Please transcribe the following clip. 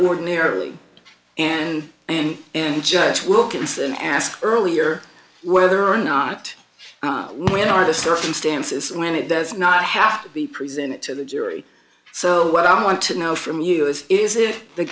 ordinarily and and and judge wilkinson asked earlier whether or not what are the circumstances when it does not have to be presented to the jury so what i want to know from you is is it the